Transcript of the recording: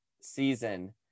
season